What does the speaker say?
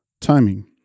timing